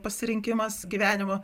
pasirinkimas gyvenimo